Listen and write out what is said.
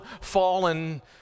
fallen